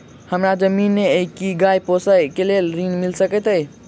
हमरा जमीन नै अई की गाय पोसअ केँ लेल ऋण मिल सकैत अई?